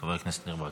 חבר הכנסת ניר ברקת.